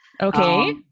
Okay